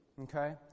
okay